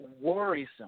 worrisome